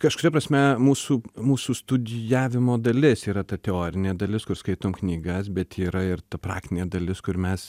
kažkuria prasme mūsų mūsų studijavimo dalis yra ta teorinė dalis kur skaitom knygas bet yra ir ta praktinė dalis kur mes